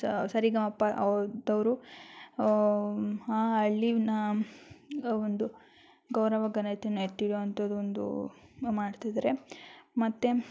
ಸರಿಗಮಪ ಅವ್ರದವ್ರು ಆ ಹಳ್ಳಿನಾ ಒಂದು ಗೌರವ ಘನತೆನಾ ಎತ್ತಿಡ್ಯೋವಂಥದ್ದು ಒಂದು ಮಾಡ್ತಿದ್ದಾರೆ ಮತ್ತು